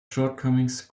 shortcomings